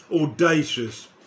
audacious